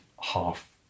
half